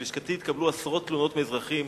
בלשכתי נתקבלו עשרות תלונות מאזרחים